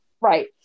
Right